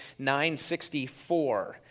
964